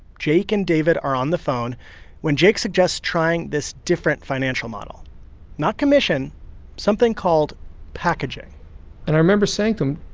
jake and david are on the phone when jake suggests trying this different financial model not commission something called packaging and i remember saying to him,